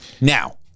now